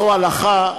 זו ההלכה,